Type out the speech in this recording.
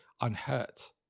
unhurt